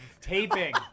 taping